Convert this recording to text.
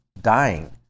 dying